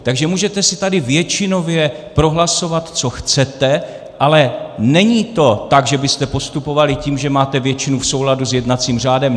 Takže můžete si tady většinově prohlasovat, co chcete, ale není to tak, že byste postupovali tím, že máte většinu, v souladu s jednacím řádem.